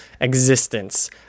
existence